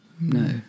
No